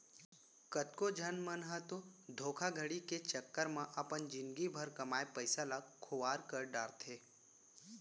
कतको झन मन ह तो धोखाघड़ी के चक्कर म अपन जिनगी भर कमाए पइसा ल खुवार कर डारथे